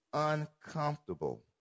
uncomfortable